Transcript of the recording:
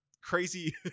crazy